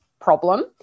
problem